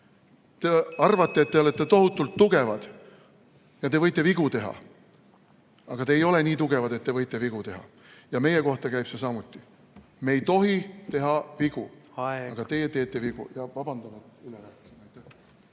arvate, et te olete tohutult tugevad ja te võite vigu teha, aga te ei ole nii tugevad, et te võite vigu teha. Ja meie kohta käib see samuti. Me ei tohi vigu teha, aga teie teete vigu. Ma arvan, et ma tahan.